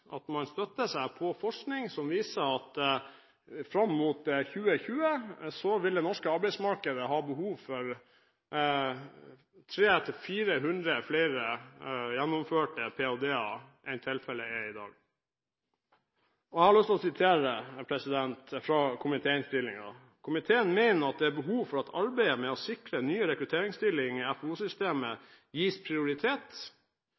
fram mot 2020 vil det norske arbeidsmarkedet ha behov for 300–400 flere gjennomførte ph.d.-er enn tilfellet er i dag. Jeg har lyst til å sitere fra komitéinnstillingen: «Komiteen mener at det er behov for at arbeidet med å sikre nye rekrutteringsstillinger i